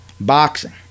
Boxing